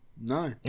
No